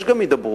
יש גם הידברות,